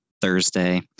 Thursday